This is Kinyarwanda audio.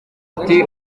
ati